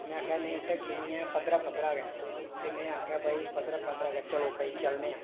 उ'नें आखेआ नेईं ढक्की नेईं ऐ पदरा पद्दरा गै ऐ ते में आखेआ भाई पद्दरा गै ऐ चलो चलने आं